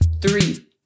Three